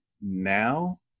now